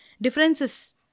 differences